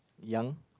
young